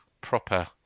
proper